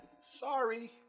Sorry